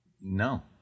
No